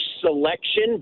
selection